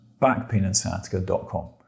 backpainandsciatica.com